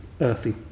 earthy